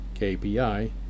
KPI